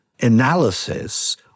analysis